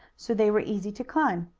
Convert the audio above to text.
so they were easy to climb.